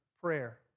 prayer